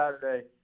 Saturday